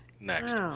next